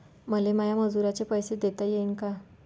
मले माया मजुराचे पैसे देता येईन का?